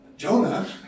Jonah